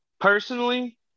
personally